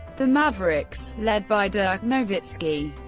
the mavericks, led by dirk nowitzki,